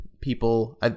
people